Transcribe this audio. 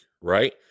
right